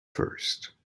first